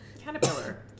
Caterpillar